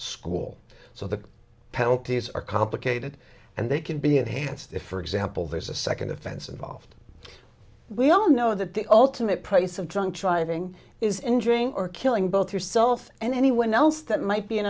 school so the penalties are complicated and they can be enhanced if for example there's a second offense involved we all know that the ultimate price of drunk driving is injuring or killing both yourself and anyone else that might be an